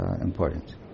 important